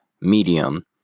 medium